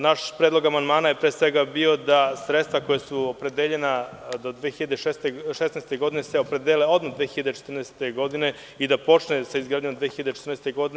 Naš predlog amandmana je pre svega bio da se sredstva koja su opredeljena do 2016. godine opredele odmah 2014. godine i da se počne sa izgradnjom 2014. godine.